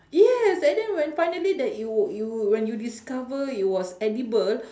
yes and then when finally that you you when you discover it was edible